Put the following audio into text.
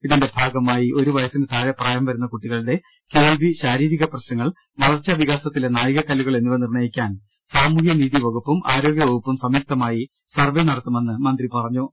ഇതിന്റെ ഭാഗമായി ഒരു വയസ്സിന് താഴെ പ്രായം വരുന്ന കുട്ടികളുടെ കേൾവി ശാരീരിക പ്രശ്നങ്ങൾ വളർച്ചാ വികാസ ത്തിലെ നാഴികകല്ലുകൾ എന്നിവ നിർണയിക്കാൻ സാമൂഹ്യനീതി വകുപ്പും ആരോഗ്യ വകുപ്പും സംയുക്തമായി സർവെ നടത്തുമെന്ന് മന്ത്രി പറഞ്ഞു